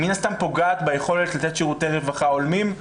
שמן הסתם פוגעת ביכולת לתת שירותי רווחה הולמים.